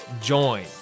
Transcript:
join